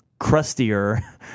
crustier